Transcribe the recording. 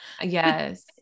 Yes